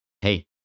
hey